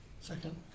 second